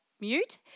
mute